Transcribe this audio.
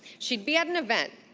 she'd be at an event.